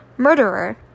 Murderer